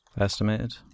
estimated